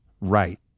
right